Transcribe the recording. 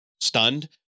stunned